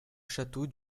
château